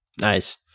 Nice